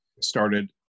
started